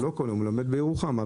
הוא לומד בירוחם,